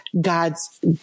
God's